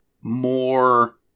more